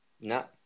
No